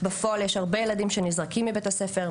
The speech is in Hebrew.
בפועל יש הרבה ילדים שנזרקים מבית הספר,